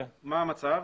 מה המצב?